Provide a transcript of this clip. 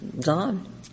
gone